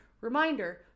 Reminder